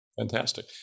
Fantastic